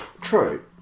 true